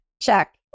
Check